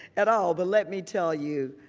at all. but let me tell you,